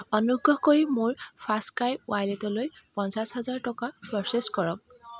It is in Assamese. অনুগ্ৰহ কৰি মোৰ ফাৰ্ষ্টক্ৰাই ৱালেটলৈ পঞ্চাছ হাজাৰ টকা প্ৰ'চেছ কৰক